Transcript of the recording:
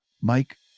Mike